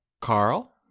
Carl